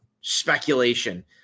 speculation